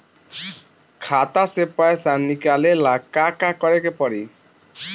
खाता से पैसा निकाले ला का का करे के पड़ी?